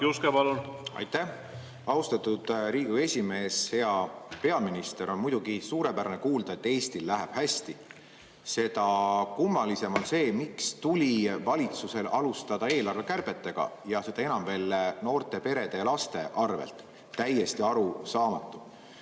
Aitäh, austatud Riigikogu esimees! Hea peaminister! On muidugi suurepärane kuulda, et Eestil läheb hästi. Seda kummalisem on see, miks tuli valitsusel alustada eelarvekärbetega, ja seda enam veel noorte perede ja laste arvel. Täiesti arusaamatu!